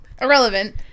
Irrelevant